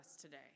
today